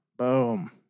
Boom